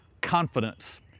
Confidence